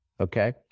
okay